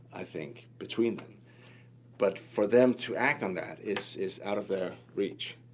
i think, between them but for them to act on that is is out of their reach.